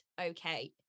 okay